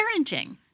parenting